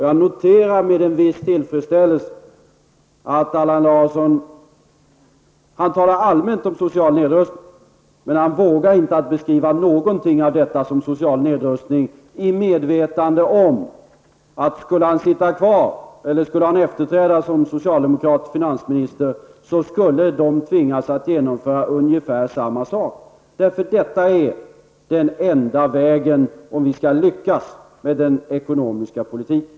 Jag noterar med en viss tillfredsställelse att Allan Larsson allmänt talar om social nedrustning, men han vågar inte beskriva någonting av detta som social nedrustning i medvetande om att om han skulle sitta kvar eller få en efterträdare som socialdemokratisk finansminister, skulle socialdemokraterna tvingas att genomföra ungefär samma sak. Detta är den enda vägen om vi skall lyckas med den ekonomiska politiken.